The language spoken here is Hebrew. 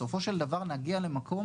בסופו של דבר נגיע למקום,